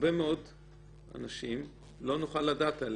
הרבה מאוד אנשים, לא נוכל לדעת על